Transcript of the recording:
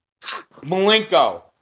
Malenko